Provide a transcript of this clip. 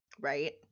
Right